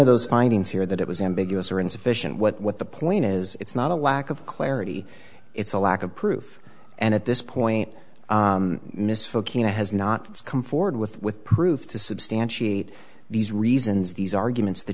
of those findings here that it was ambiguous or insufficient what the plain is it's not a lack of clarity it's a lack of proof and at this point miss folky now has not come forward with with proof to substantiate these reasons these arguments that